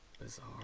Bizarre